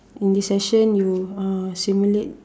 in this session you uh simulate